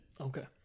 Okay